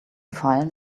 file